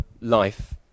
life